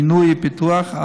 בינוי ופיתוח,